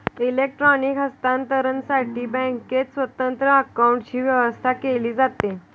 electronic हस्तांतरणसाठी बँकेत स्वतंत्र काउंटरची व्यवस्था केली जाते